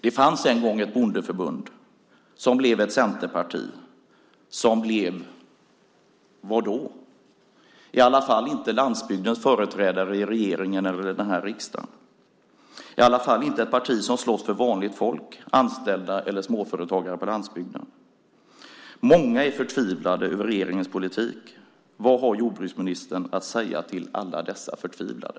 Det fanns en gång ett bondeförbund, som blev ett centerparti, som blev vad då? Det blev i alla fall inte landsbygdens företrädare i regeringen eller i den här riksdagen. Det blev i alla fall inte ett parti som slåss för vanligt folk, anställda eller småföretagare på landsbygden. Många är förtvivlade över regeringens politik. Vad har jordbruksministern att säga till alla dessa förtvivlade?